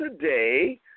today